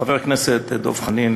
חבר הכנסת דב חנין,